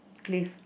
cliff